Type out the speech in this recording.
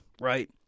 Right